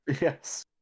yes